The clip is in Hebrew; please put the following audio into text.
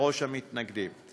בראש המתנגדים.